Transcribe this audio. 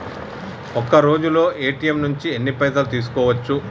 ఒక్కరోజులో ఏ.టి.ఎమ్ నుంచి ఎన్ని పైసలు తీసుకోవచ్చు?